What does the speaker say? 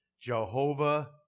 Jehovah